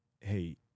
hey